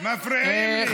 מפריעים לי.